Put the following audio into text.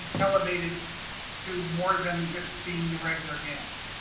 elevated to more than just being a regular gans?